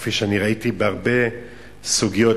כפי שראיתי בהרבה סוגיות,